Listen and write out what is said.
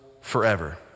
forever